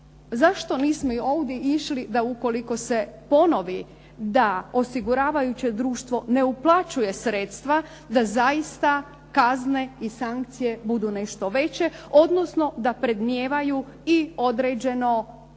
Zašto nismo ovdje išli da ako se ponovi da osiguravajuće društvo ne uplaćuje sredstva, da zaista kazne i sankcije budu nešto veće, odnosno da predmnijevaju i određeno da